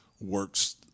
works